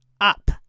up